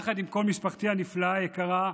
יחד עם כל משפחתי הנפלאה והיקרה,